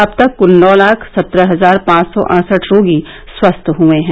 अब तक कुल नौ लाख सत्रह हजार पांच सौ अड़सढ रोगी स्वस्थ हुए हैं